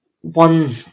one